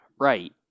Right